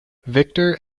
victor